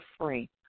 free